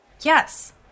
Yes